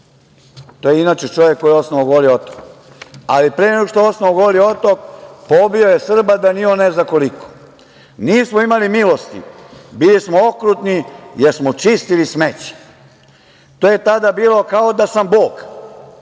to je inače čovek koji je osnovao Goli otok, ali pre nego što je osnovao Goli otok, pobio je Srba da ni on ne zna koliko. Nismo imali milosti, bili smo okrutni, jer smo čistili smeće. To je tada bilo kao da sam Bog,